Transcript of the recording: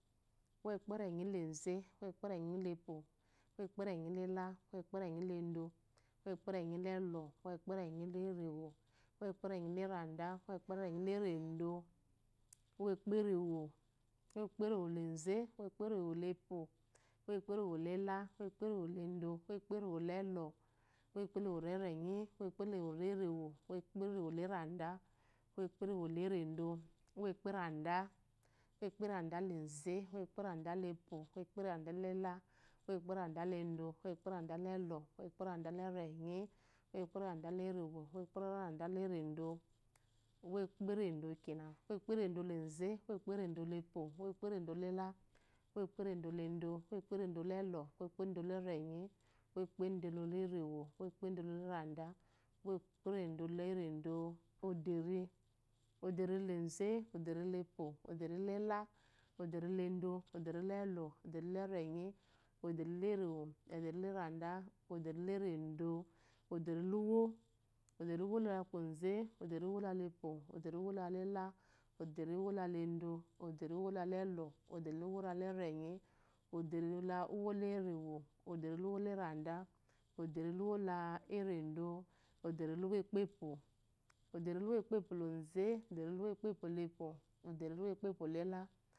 Uwokperenyileze uwoperenyiwo uwokpere niyila uwokperenyi ledo uwolerenyolel uwopereyilerenyi uwokpereyilere uwokprerenyilerada uwuperenyi leredo awokperewo uwpermoleze uwokperewole, uwokperewoleta, uwokperewoledo, uhuperenwoleɔ uwokperwolenyi uwukurewolerewo, uwoperewolerda umlerewoledo, uwpererada, uwkpare leze uwokpaeredalepwo, uwpkredalela, uwoteperedaledo, umokporedelelɔ ekperada lenyi urokparadalerewo, umoperede lerede, urekpereda hedo uroeperdo, unokperedwleze, umkperedulepwo, umokpere dolele uwokeredolode uwkperedolelɔ uwokperedolerenyi uwokpedolere mo uwukperedolerada, uwokperedolerdo oderi oderileze odelepwo, oderilela odanilɔ odarilets odalerenyi odrilerew oderileda, odrileredo, oderiluwo odenluwileze odriluwolepwo, oderituwolela. oderiluledɔ. oderiluwulelɔ, oderiluworerenyi odariluworewo, oderilulerada, oderilywoleredo, odriluwoepepwo, odarihemokpepwo leze, odri lum ekpepeolepw, oderilumokpe pwolelɔ